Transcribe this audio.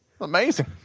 Amazing